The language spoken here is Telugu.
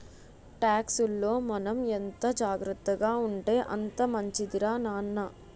టాక్సుల్లో మనం ఎంత జాగ్రత్తగా ఉంటే అంత మంచిదిరా నాన్న